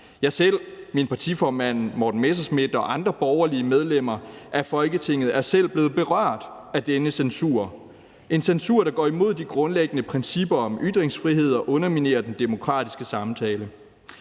Jeg, min partiformand, Morten Messerschmidt, og andre borgerlige medlemmer af Folketinget er selv blevet berørt af denne censur – en censur, der går imod de grundlæggende principper om ytringsfrihed og underminerer den demokratiske samtale.